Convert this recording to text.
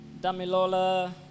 Damilola